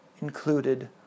included